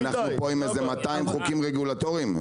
אנחנו היום מתמודדים עם בערך 200 חוקים רגולטורים,